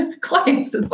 clients